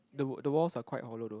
the wa~ the walls are quite hollow though